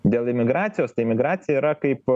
dėl imigracijos tai imigracija yra kaip